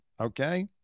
Okay